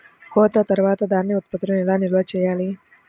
కోత తర్వాత ధాన్య ఉత్పత్తులను ఎలా నిల్వ చేయాలి?